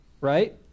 right